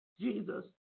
Jesus